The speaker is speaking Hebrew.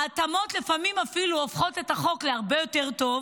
ההתאמות לפעמים אפילו הופכות את החוק להרבה יותר טוב,